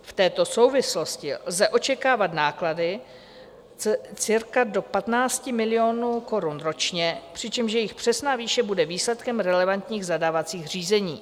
V této souvislosti lze očekávat náklady cirka do 15 milionů korun ročně, přičemž jejich přesná výše bude výsledkem relevantních zadávacích řízení.